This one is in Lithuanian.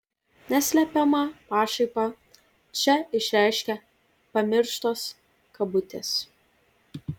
neslepiamą pašaipą čia išreiškia pamirštos kabutės